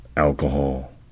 Alcohol